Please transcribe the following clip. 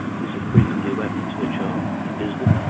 these are frequently weapons which are invisible,